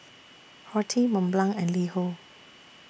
Horti Mont Blanc and LiHo